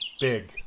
big